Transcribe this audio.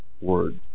words